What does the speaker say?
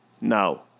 No